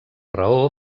raó